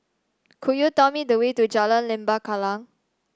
could you tell me the way to Jalan Lembah Kallang